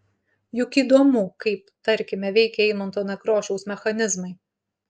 juk įdomu kaip tarkime veikia eimunto nekrošiaus mechanizmai